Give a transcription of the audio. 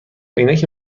عینک